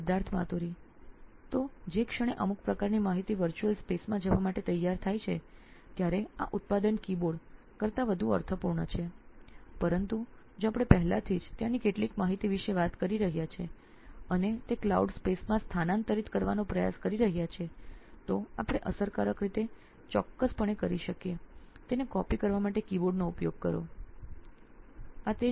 Siddharth Maturi CEO નોઇન electronics તો જે ક્ષણે અમુક પ્રકારની માહિતી વર્ચુઅલ સ્પેસમાં જવા માટે તૈયાર છે ત્યારે આ ઉત્પાદન કીબોર્ડ કરતાં વધુ અર્થપૂર્ણ છે પરંતુ જો આપણે પહેલાથી જ ત્યાંની કેટલીક માહિતી વિશે વાત કરી રહ્યા છીએ અને તે ક્લાઉડ સ્પેસમાં સ્થાનાંતરિત કરવાનો પ્રયાસ કરી રહ્યા છીએ તો આપણે અસરકારક રીતે ચોક્કસપણે કરી શકીએ તેને કોપી કરવા માટે કીબોર્ડનો ઉપયોગ કરો અને તે લો